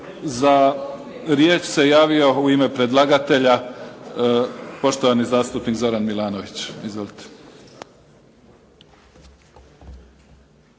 Za riječ se javio u ime predlagatelja poštovani zastupnik Zoran Milanović. Izvolite.